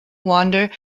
wander